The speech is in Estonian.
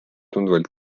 tunduvalt